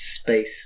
Space